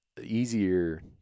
easier